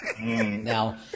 now